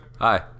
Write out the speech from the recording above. hi